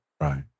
Right